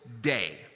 day